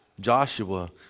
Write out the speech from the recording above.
Joshua